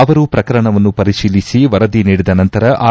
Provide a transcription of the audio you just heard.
ಅವರು ಪ್ರಕರಣವನ್ನು ಪರಿಶೀಲಿಸಿ ವರದಿ ನೀಡಿದ ನಂತರ ಆರ್